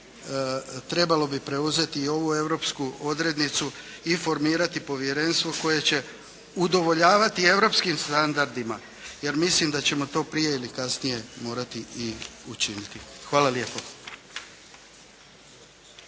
trebalo bi preuzeti i ovu europsku odrednicu i formirati povjerenstvo koje će udovoljavati europskim standardima, jer mislim da ćemo to prije ili kasnije morati i učiniti. Hvala lijepo.